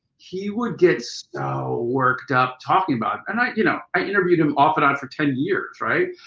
he would get so worked up talking about and i, you know, i interviewed him off and on for ten years, right?